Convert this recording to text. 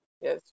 Yes